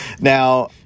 Now